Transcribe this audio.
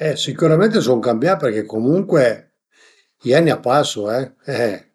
Mi sun na ën Piemunt, sun piemuntesi dizuma al tranta